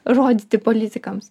rodyti politikams